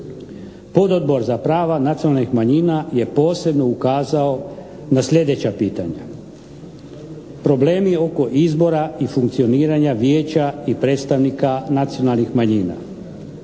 Pododbor za prava nacionalnih manjina je posebno ukazao na sljedeća pitanja. Problemi oko izbora i funkcioniranja Vijeća i predstavnika nacionalnih manjina.